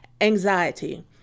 Anxiety